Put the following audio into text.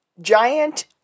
giant